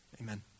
Amen